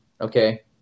Okay